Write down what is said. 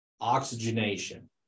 oxygenation